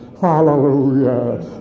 Hallelujah